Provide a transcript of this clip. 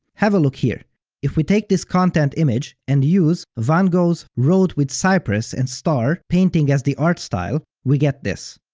have a look here if we take this content image, and use van gogh's road with cypress and star painting as the art style, we get this.